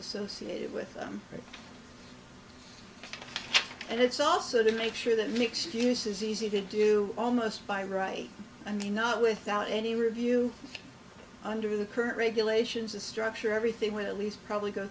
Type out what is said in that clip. associated with them and it's also to make sure that mixed use is easy to do almost by right i mean not without any review under the current regulations a structure everything with a lease probably go